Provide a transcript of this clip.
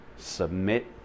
Submit